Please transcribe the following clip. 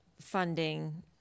funding